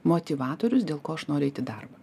motyvatorius dėl ko aš noriu eit į darbą